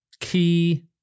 key